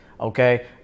okay